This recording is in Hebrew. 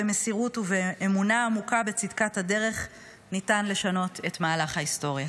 במסירות ובאמונה עמוקה בצדקת הדרך ניתן לשנות את מהלך ההיסטוריה.